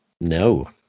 No